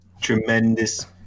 Tremendous